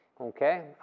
okay